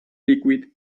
liquid